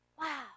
wow